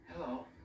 Hello